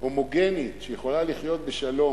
הומוגנית שיכולה לחיות בשלום,